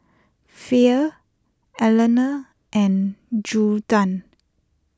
Fay Elana and Judah